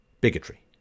bigotry